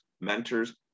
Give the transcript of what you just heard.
mentors